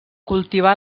cultivà